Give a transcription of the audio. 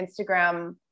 instagram